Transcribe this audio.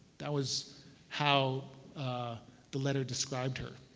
that was how the letter described her.